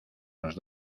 nos